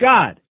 God